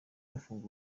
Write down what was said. gufunga